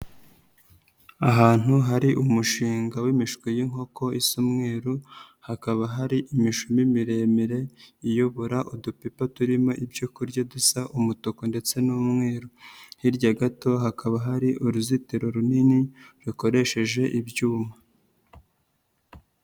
Ahantu hari umushinga w'imishwi y'inkoko zisa umweru hakaba hari imishumi miremire iyobora udupipa turimo ibyo kurya dusa umutuku ndetse n'umweru, hirya gato hakaba hari uruzitiro runini rukoresheje ibyuma.